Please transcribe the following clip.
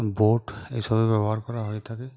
boat এসবের ব্যবহার করা হয়ে থাকে